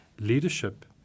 leadership